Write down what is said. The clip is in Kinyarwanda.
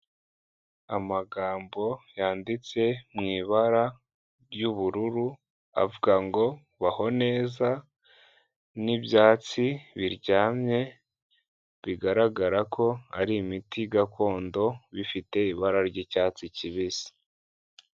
Amagambo yanditse mu ibara ry'ubururu, avuga ngo baho neza, n'ibyatsi biryamye bigaragara ko ari imiti gakondo, bifite ibara ry'icyatsi kibisi.